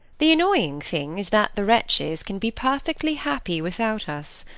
the annoying thing is that the wretches can be perfectly happy without us.